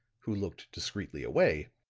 who looked discreetly away,